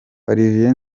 olivier